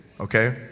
Okay